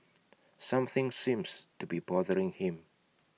something seems to be bothering him